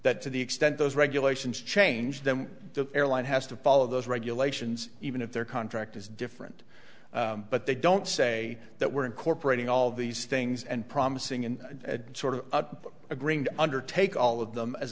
that to the extent those regulations change then the airline has to follow those regulations even if their contract is different but they don't say that we're incorporating all these things and promising and sort of agreeing to undertake all of them as